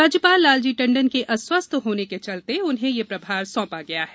राज्यपाल लालजी टंडन के अस्वस्थ होने के चलते उन्हें यह प्रभार सौंपा गया है